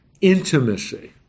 Intimacy